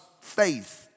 faith